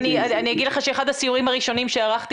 אני אגיד לך שאחד הסיורים הראשונים שערכתי